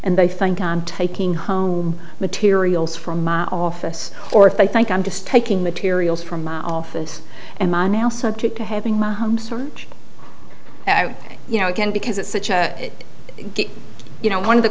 on taking home materials from my office or if they think i'm just taking materials from my office and my now subject to having my home searched out you know again because it's such a good you know one of the